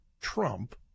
Trump